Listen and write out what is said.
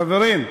חברים,